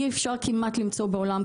אי אפשר כמעט למצוא בעולם,